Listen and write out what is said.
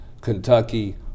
Kentucky